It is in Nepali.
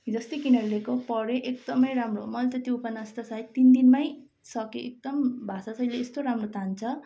हिजोअस्ति किनेर ल्याएको पढेँ एकदमै राम्रो मैले त त्यो उपन्यास त सायद तिन दिनमै सकेँ एकदम भाषा चाहिँले यस्तो राम्रो तान्छ